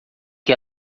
que